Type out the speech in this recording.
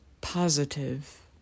positive